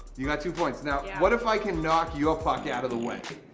you know two points? now, yeah what if i can knock your puck out of the way?